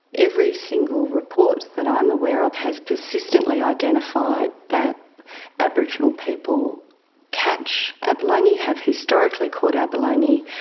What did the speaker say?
every single report that i am aware of has persistently identified that aboriginal people catch abalone, have historically caught abalone,